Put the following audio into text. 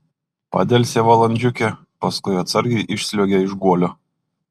padelsė valandžiukę paskui atsargiai išsliuogė iš guolio